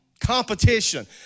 competition